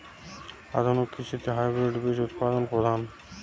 আধুনিক কৃষিতে হাইব্রিড বীজ উৎপাদন প্রধান